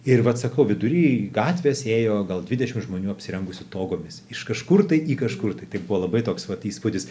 ir vat sakau vidury gatvės ėjo gal dvidešimt žmonių apsirengusių togomis iš kažkur tai į kažkur tai buvo labai toks vat įspūdis